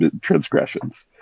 transgressions